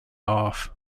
off